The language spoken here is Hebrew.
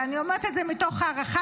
ואני אומרת את זה מתוך הערכה,